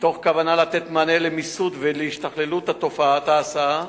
מתוך כוונה לתת מענה למיסוד ולהשתכללות תופעת ההסעה,